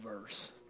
verse